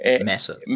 Massive